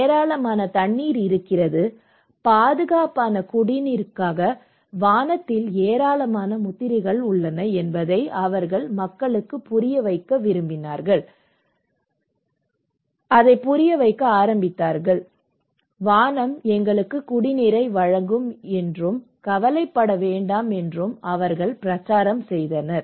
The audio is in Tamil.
ஏராளமான தண்ணீர் இருக்கிறது பாதுகாப்பான குடிநீருக்காக வானத்தில் ஏராளமான முத்திரைகள் உள்ளன என்பதை அவர்கள் மக்களுக்கு புரிய வைக்க ஆரம்பித்தார்கள் வானம் எங்களுக்கு குடிநீரை வழங்கும் என்றும் கவலைப்பட வேண்டாம் என்றும் அவர்கள் பிரச்சாரம் செய்தனர்